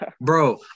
bro